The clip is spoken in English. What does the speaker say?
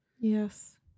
Yes